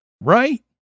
right